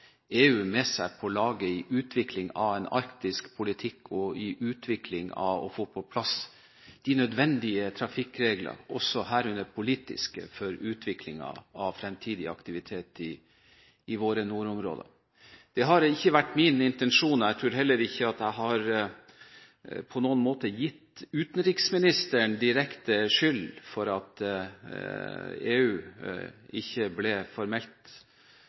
EU med seg på laget i utviklingen av en arktisk politikk og arbeidet med å få på plass de nødvendige trafikkregler, herunder de politiske, for utviklingen av fremtidig aktivitet i våre nordområder. Det har ikke vært min intensjon, og jeg tror heller ikke at jeg på noen måte har gitt utenriksministeren direkte skyld for at EU ikke ble formelt